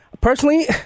personally